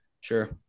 Sure